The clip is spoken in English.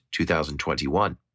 2021